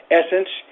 essence